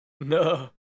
No